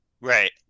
right